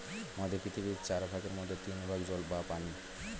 আমাদের পৃথিবীর চার ভাগের মধ্যে তিন ভাগ জল বা পানি